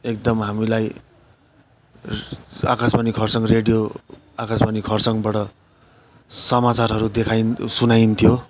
एकदम हामीलाई आकाशवाणी खरसाङ रेडियो आकाशवाणी खरसाङबाट समाचारहरू देखाइन सुनाइन्थ्यो